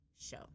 show